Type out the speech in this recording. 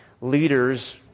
leaders